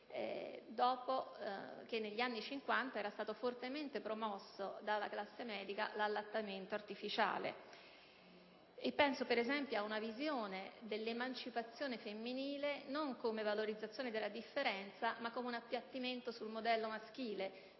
dopo che negli anni Cinquanta era stato fortemente promosso dalla classe medica l'allattamento artificiale; penso anche ad una visione dell'emancipazione femminile non come valorizzazione della differenza, ma come un appiattimento sul modello maschile